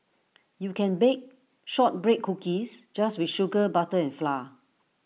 you can bake Shortbread Cookies just with sugar butter and flour